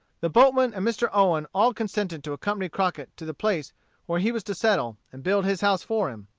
the boatmen and mr. owen all consented to accompany crockett to the place where he was to settle, and build his house for him.